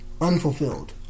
Unfulfilled